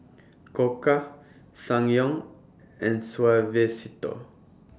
Koka Ssangyong and Suavecito